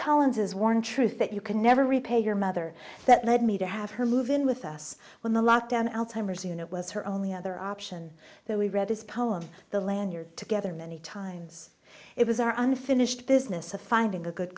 collins is worn truth that you can never repay your mother that led me to have her move in with us when the lockdown alzheimer's unit was her only other option that we read his poem the lanyard together many times it was our unfinished business of finding the good